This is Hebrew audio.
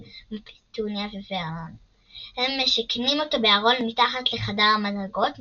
מפטוניה וורנון – הם משכנים אותו בארון מתחת לחדר המדרגות,